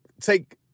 take